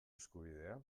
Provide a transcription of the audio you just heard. eskubidea